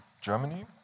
Germany